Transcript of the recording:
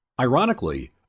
Ironically